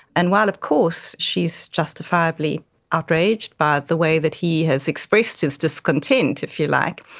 and while of course she is justifiably outraged by the way that he has expressed his discontent, if you like,